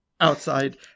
outside